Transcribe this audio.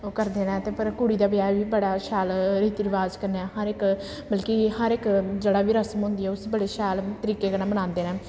ओह् करदे न ते पर कुड़ी दे ब्याह् च बी बड़ा शैल रीति रवाज कन्नै हर इक बल्कि हर इक जेह्ड़ा बी रसम होंदी ऐ उस्सी बड़े शैल तरीकै कन्नै मनांदे न